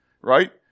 right